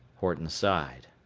horton sighed.